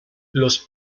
los